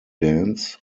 dance